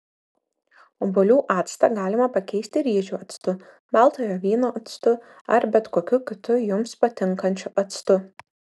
obuolių actą galima pakeisti ryžių actu baltojo vyno actu ar bet kokiu kitu jums patinkančiu actu